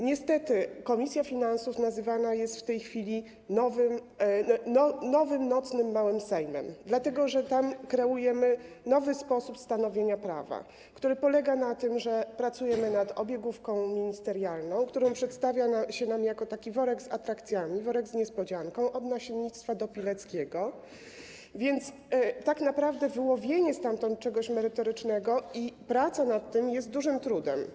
Niestety komisja finansów nazywana jest w tej chwili nowym, nocnym małym sejmem, dlatego że tam kreujemy nowy sposób stanowienia prawa, który polega na tym, że pracujemy nad obiegówką ministerialną, którą przedstawia się nam jako worek z atrakcjami, worek z niespodzianką - od nasiennictwa do Pileckiego - więc tak naprawdę wyłowienie stamtąd czegoś merytorycznego i praca nad tym przychodzi z dużym trudem.